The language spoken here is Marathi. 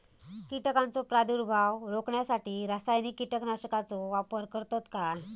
कीटकांचो प्रादुर्भाव रोखण्यासाठी रासायनिक कीटकनाशकाचो वापर करतत काय?